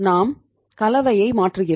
நாம் கலவையை மாற்றுகிறோம்